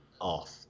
off